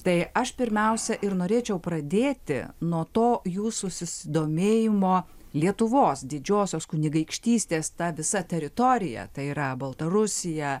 tai aš pirmiausia ir norėčiau pradėti nuo to jūsų susidomėjimo lietuvos didžiosios kunigaikštystės ta visa teritorija tai yra baltarusija